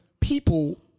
people